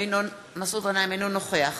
אינו נוכח